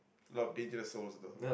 a lot of pages though